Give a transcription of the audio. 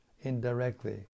indirectly